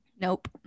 Nope